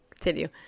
continue